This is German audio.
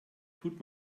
tut